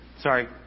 Sorry